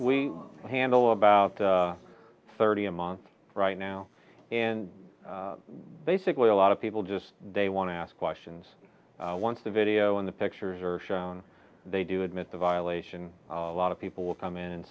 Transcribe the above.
we handle about the thirty a month right now and basically a lot of people just they want to ask questions once the video and the pictures are shown they do admit the violation a lot of people will come in and